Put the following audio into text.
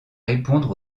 répondre